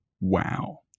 Wow